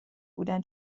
بودن